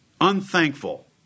unthankful